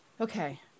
Okay